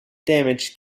damage